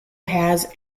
has